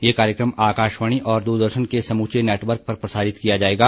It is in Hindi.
यह कार्यक्रम आकाशवाणी और द्रदर्शन के समूचे नेटवर्क पर प्रसारित किया जाएगा